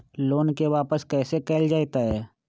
Loan के वापस कैसे कैल जतय?